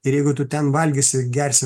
ir jeigu tu ten valgysi gersi